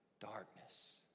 Darkness